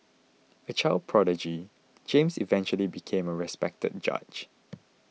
a child prodigy James eventually became a respected judge